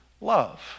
love